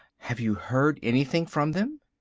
have you heard anything from them?